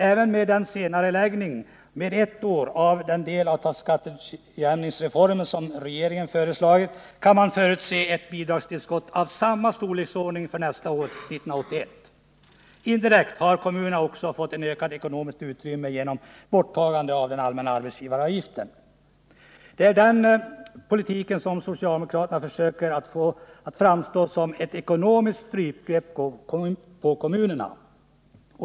Även med den senareläggning med ett år av en del av skatteutjämningsreformen som regeringen föreslagit, kan man förutse ett bidragstillskott av samma storleksordning för nästa år — 1981. Indirekt har kommunerna också fått ett ökat ekonomiskt utrymme genom borttagandet av den allmänna arbetsgivaravgiften. Det är den politiken som socialdemokraterna försöker få att framstå som ett ekonomiskt strypgrepp på kommunerna.